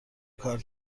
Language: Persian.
کار